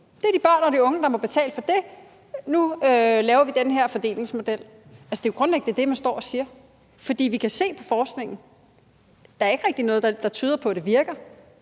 det er de børn og de unge, der må betale for det, og nu laver vi den her fordelingsmodel. Altså, det jo grundlæggende det, man står og siger. For vi kan se på forskningen, at der ikke rigtig er noget, der tyder på, at det virker.